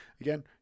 again